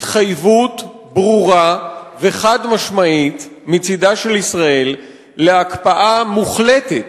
התחייבות ברורה וחד-משמעית מצדה של ישראל להקפאה מוחלטת